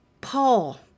Paul